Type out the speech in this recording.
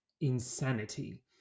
insanity